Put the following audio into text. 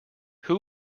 who